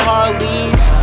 Harleys